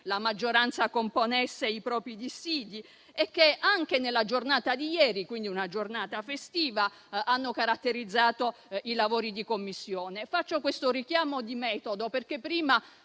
la maggioranza componesse i propri dissidi e che anche nella giornata di ieri, quindi una giornata festiva, hanno caratterizzato i lavori di Commissione. Faccio questo richiamo di metodo perché prima